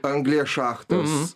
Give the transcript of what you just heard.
anglies šachtas